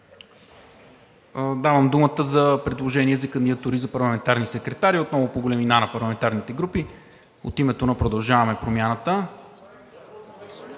Давам думата за предложения за кандидатури за парламентарни секретари отново по големина на парламентарните групи. От името на „Продължаваме промяната“?